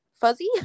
fuzzy